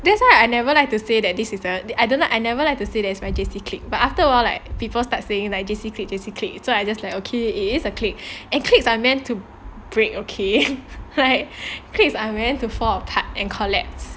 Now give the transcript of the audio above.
that's why I never like to say that this is a I don't like I never like to say that it's my J_C clique but after awhile like people start saying like J_C clique J_C clique so I just like okay it is a clique and cliques are meant to break okay like cliques are meant to fall apart and collapse